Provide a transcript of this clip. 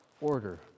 order